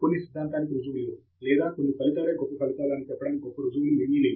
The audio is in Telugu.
కొన్ని సిద్ధాంతానికి రుజువు లేదు లేదా కొన్ని ఫలితాలే గొప్ప ఫలితాలు అని చెప్పటానికి గొప్ప ఋజువులు ఏమీ లేవు